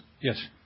Yes